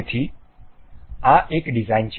તેથી આ એક ડિઝાઇન છે